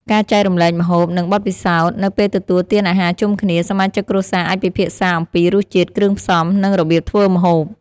ការចែករំលែកម្ហូប និងបទពិសោធន៍៖ នៅពេលទទួលទានអាហារជុំគ្នា សមាជិកគ្រួសារអាចពិភាក្សាអំពីរសជាតិ គ្រឿងផ្សំ និងរបៀបធ្វើម្ហូប។